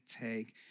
take